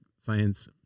science